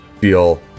feel